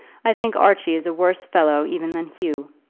i think archie is a worse fellow even than hugh.